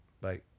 Bye